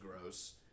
gross